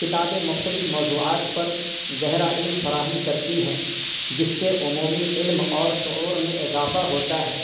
کتابیں مختلف موضوعات پر گہرا علم فراہم کرتی ہیں جس سے عمومی علم اور شعور میں اضافہ ہوتا ہے